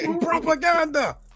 propaganda